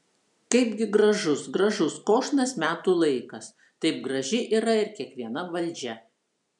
kaipgi gražus gražus kožnas metų laikas taip graži yra ir kiekviena valdžia